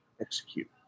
execute